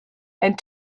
and